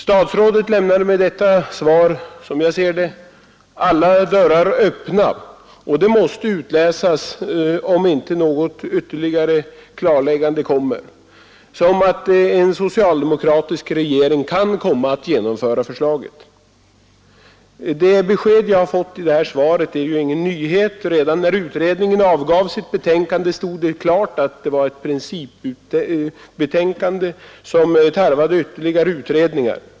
Statsrådet lämnar med detta svar, som jag ser det, alla dörrar öppna. Det måste — om inte något ytterligare klarläggande görs — utläsas som att en socialdemokratisk regering kan komma att genomföra förslaget. Redan när utredningen avgav sitt betänkande stod det klart att det var ett principbetänkande som tarvade ytterligare utredningar.